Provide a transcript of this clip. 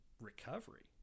recovery